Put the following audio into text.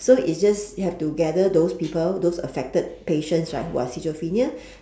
so it's just you have to gather those people those affected patient who are schizophrenia